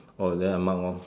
oh then I mark lor